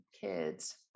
kids